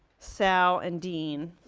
sal and dean,